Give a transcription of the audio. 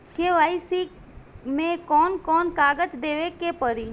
KYC मे कौन कौन कागज देवे के पड़ी?